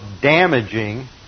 damaging